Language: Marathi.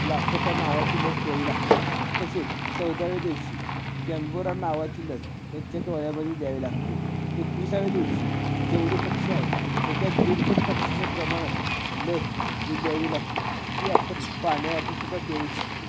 लासोटा नावाची लस द्यावी लागते तसेच चौदाव्या दिवशी गॅम्बोरा नावाची लस त्यांच्या डोळ्यामध्ये द्यावी लागते एकवीसाव्या दिवशी जेवढे पक्षी आहेत त्याच्या दीडपट पक्षीच्या प्रमाणात लस ही द्यावी लागते ती आपण पाण्यावाटे सुद्धा देऊ शकतो